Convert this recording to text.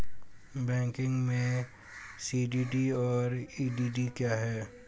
Banking में CDD और EDD क्या हैं?